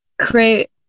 create